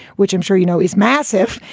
which i'm sure you know, is massive.